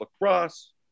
Lacrosse